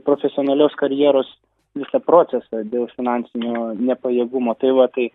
profesionalios karjeros visą procesą dėl finansinio nepajėgumo tai va tai